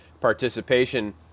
participation